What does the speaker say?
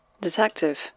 Detective